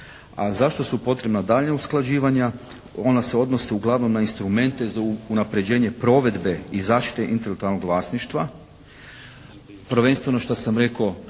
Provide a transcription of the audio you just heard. zašto su potrebna daljnja usklađivanja? Ona se odnose uglavnom na instrumente za unapređenje provedbe i zaštite intelektualnog vlasništva,